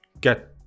get